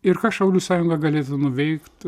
ir ką šaulių sąjunga galėtų nuveikt